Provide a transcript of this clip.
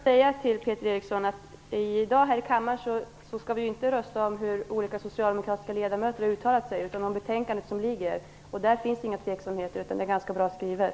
Herr talman! Vi skall ju inte här i kammaren i dag rösta om hur olika socialdemokratiska ledamöter har uttalat sig utan om det betänkande som ligger. Där finns inga tveksamheter utan det är ganska bra skrivet.